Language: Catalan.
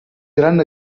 gran